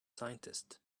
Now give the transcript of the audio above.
scientist